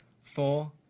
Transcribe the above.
Four